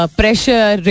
pressure